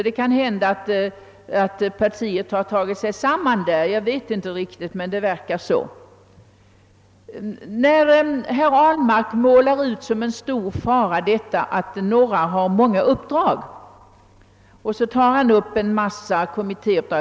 Det kan hända att partiet tagit sig samman — det verkar så. Herr Ahlmark målar ut det som en stor fara att några har många uppdrag. Han nämnde någon som hade en massa kommittéuppdrag.